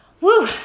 Woo